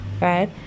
right